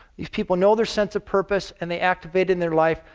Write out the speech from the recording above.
these people know their sense of purpose, and they activate in their life,